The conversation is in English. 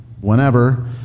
whenever